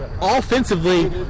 Offensively